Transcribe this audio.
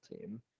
team